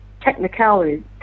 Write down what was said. technicality